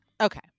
Okay